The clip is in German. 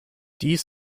dies